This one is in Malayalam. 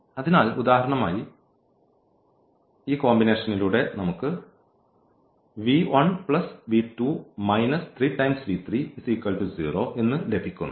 അതിനാൽ ഉദാഹരണമായി ഈ കോമ്പിനേഷനിലൂടെ നമുക്ക് എന്ന് ലഭിക്കുന്നു